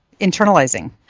internalizing